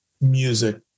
music